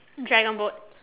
dragon boat